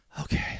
okay